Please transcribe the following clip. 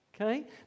okay